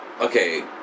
okay